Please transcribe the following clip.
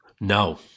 No